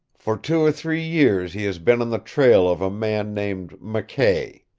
for two or three years he has been on the trail of a man named mckay.